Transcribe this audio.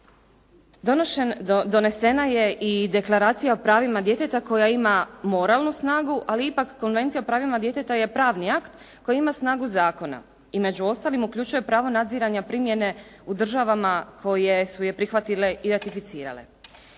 donesena je i Deklaracija o pravima djeteta koja ima moralnu snagu, ali ipak Konvencija o pravima djeteta je pravni akt koji ima snagu zakona i među ostalim uključuje pravo nadziranja primjene u državama koje su je prihvatile i ratificirale.